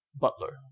Butler